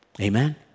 Amen